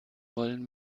wollen